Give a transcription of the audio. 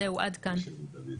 עד כאן.